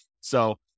So-